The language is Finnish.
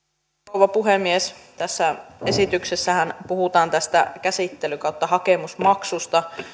rouva puhemies tässä esityksessähän puhutaan tästä käsittely tai hakemusmaksusta